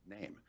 name